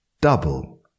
double